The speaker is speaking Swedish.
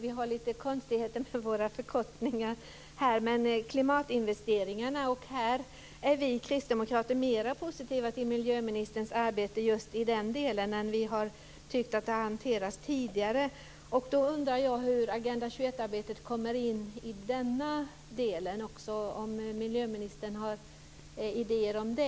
Vi har lite konstigheter med våra förkortningar. Det gäller klimatinvesteringarna. Här är vi kristdemokrater mera positiva till miljöministerns arbete jämfört med hur vi har tyckt att det har hanterats tidigare. Jag undrar hur Agenda 21-arbetet kommer in i denna del och om miljöministern har idéer om det.